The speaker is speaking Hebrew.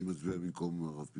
אני מצביע במקום הרב פינדרוס.